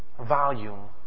volume